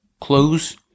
close